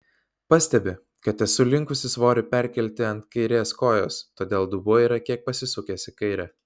pastebi kad esu linkusi svorį perkelti ant kairės kojos todėl dubuo yra kiek pasisukęs į kairę